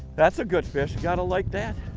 that's a good fish. gotta like that!